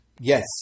yes